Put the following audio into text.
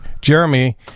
Jeremy